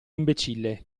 imbecille